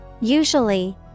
Usually